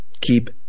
keep